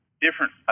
different